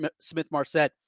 Smith-Marset